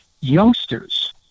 youngsters